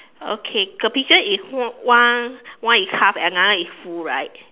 okay the peaches is one one is half another is full right